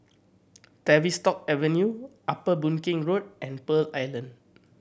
Tavistock Avenue Upper Boon Keng Road and Pearl Island